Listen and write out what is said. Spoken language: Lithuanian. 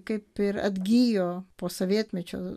kaip ir atgijo po sovietmečio